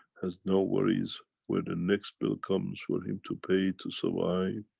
has no worries, where the next bill comes for him to pay to survive,